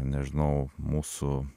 nežinau mūsų